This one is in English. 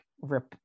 rip